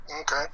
Okay